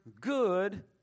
good